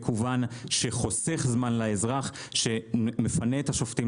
מקוון שחוסך זמן לאזרח ומפנה את השופטים